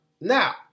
now